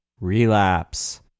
relapse